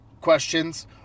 questions